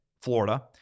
Florida